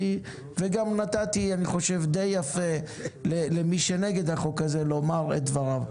אני חושב שנתתי באופן יפה גם למי שנגד החוק הזה לומר את דברו.